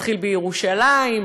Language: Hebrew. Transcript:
מתחיל בירושלים,